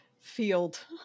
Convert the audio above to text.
field